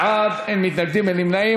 בעד, אין מתנגדים, אין נמנעים.